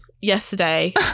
yesterday